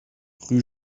rue